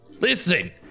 Listen